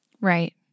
Right